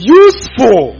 useful